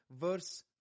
verse